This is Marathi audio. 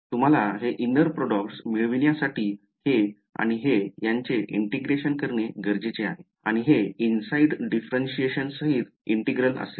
तुम्हाला हे inner products मिळविण्यासाठी हे आणि हे यांचे integration करणे गरजेचे आहे आणि हे inside differentiation सहित integral असेल